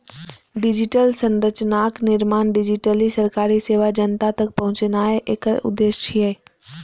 digital संरचनाक निर्माण, digitally सरकारी सेवा जनता तक पहुंचेनाय एकर उद्देश्य छियै